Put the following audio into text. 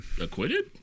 acquitted